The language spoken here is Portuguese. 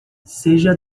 seja